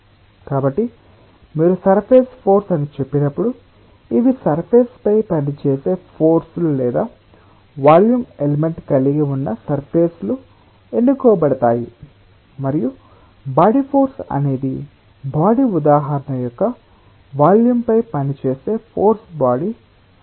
కాబట్టి మీరు surface force అని చెప్పినప్పుడు ఇవి సర్ఫేస్ పై పనిచేసే ఫోర్స్ లు లేదా వాల్యూమ్ ఎలిమెంట్ కలిగి ఉన్న సర్ఫేస్ లు ఎన్నుకోబడతాయి మరియు బాడీ ఫోర్స్ అనేది బాడీ ఉదాహరణ యొక్క వాల్యూం పై పనిచేసే ఫోర్స్ బాడీ ఫోర్స్